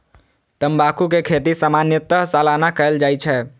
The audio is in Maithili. तंबाकू के खेती सामान्यतः सालाना कैल जाइ छै